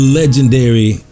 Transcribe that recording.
legendary